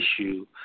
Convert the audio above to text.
issue